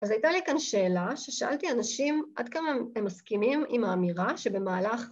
אז הייתה לי כאן שאלה ששאלתי אנשים עד כמה הם..הם מסכימים עם האמירה שבמהלך